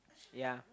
ya